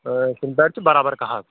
اۭں تِم پَیڑ چھِ برابر کاہ حظ